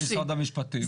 מה תרומתו של משרד המשפטים?